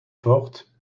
forte